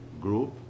group